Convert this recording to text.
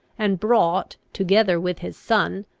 and brought, together with his son,